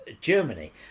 Germany